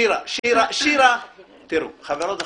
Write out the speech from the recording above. חברות וחברים,